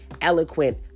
eloquent